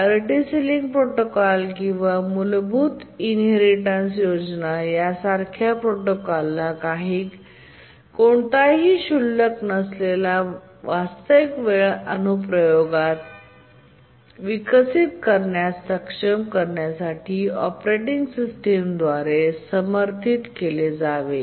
priority ceiling protocol किंवा मूलभूत inheritance योजना यासारख्या प्रोटोकॉलला कोणताही क्षुल्लक नसलेला वास्तविक वेळ अनुप्रयोग विकसित करण्यात सक्षम करण्यासाठी ऑपरेटिंग सिस्टमद्वारे समर्थित केले जावे